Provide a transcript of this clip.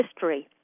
history